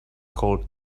called